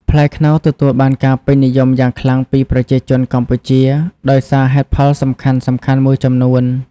ផ្លែខ្នុរទទួលបានការពេញនិយមយ៉ាងខ្លាំងពីប្រជាជនកម្ពុជាដោយសារហេតុផលសំខាន់ៗមួយចំនួន